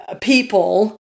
people